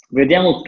vediamo